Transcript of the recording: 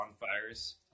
bonfires